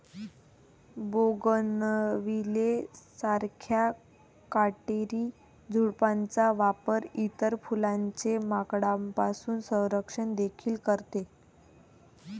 bougainvillea सारख्या काटेरी झुडपांचा वापर इतर फुलांचे माकडांपासून संरक्षण देखील करते